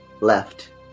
Left